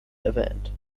erwähnt